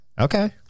Okay